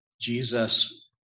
Jesus